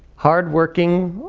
hard working,